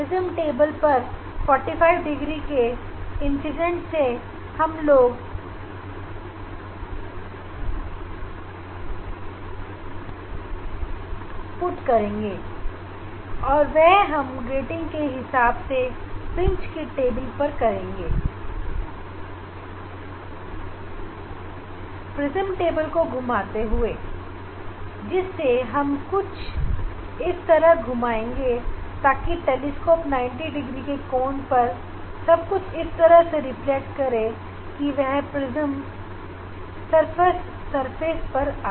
इसके बाद हम ग्रेटिंग को प्रिज्म टेबल के ऊपर रखे और इसे इस तरह से घूम आएँगे कि हमारे पहले से ही 90 पर रखे टेलीस्कोप से हमें ग्रेटिंग से आने वाला रिफ्लेक्टिव प्रकाश दिख दे